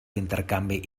intercanvi